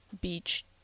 beach